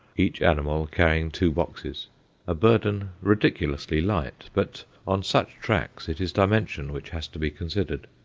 each animal carrying two boxes a burden ridiculously light, but on such tracks it is dimension which has to be considered.